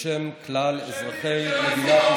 ובשם כלל אזרחי מדינת ישראל,